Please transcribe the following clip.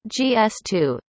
gs2